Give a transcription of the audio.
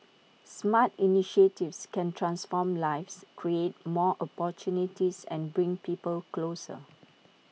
smart initiatives can transform lives create more opportunities and bring people closer